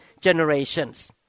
generations